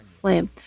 flame